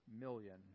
million